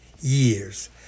years